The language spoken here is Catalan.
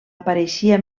apareixia